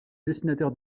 dessinateur